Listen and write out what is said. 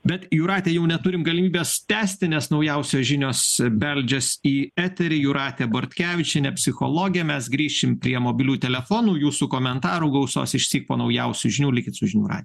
bet jūrate jau neturim galimybės tęsti nes naujausios žinios beldžias į eterį jūratė bortkevičienė psichologė mes grįšim prie mobilių telefonų jūsų komentarų gausos išsyk po naujausių žinių likit su žinių radiju